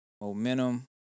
Momentum